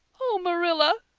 oh, marilla,